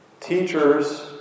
teachers